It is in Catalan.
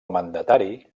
mandatari